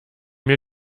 mir